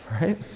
Right